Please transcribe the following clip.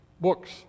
books